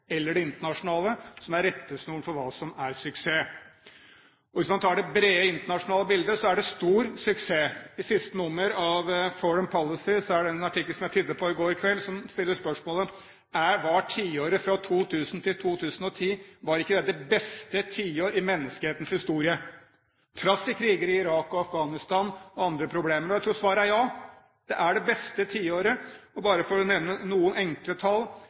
eller det internasjonale, som er rettesnoren for hva som er en suksess. Hvis man tar det brede internasjonale bildet, er det stor suksess. I siste nummer av Foreign Policy er det en artikkel som jeg tittet på i går kveld, som stiller spørsmålet: Var ikke tiåret fra 2000 til 2010 det beste tiåret i menneskehetens historie, trass i kriger i Irak og Afghanistan og andre problemer? Jeg tror svaret er ja, det er det beste tiåret. Bare for å nevne noen enkle tall: